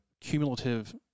cumulative